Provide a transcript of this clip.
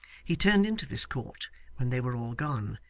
he turned into this court when they were all gone,